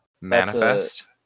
manifest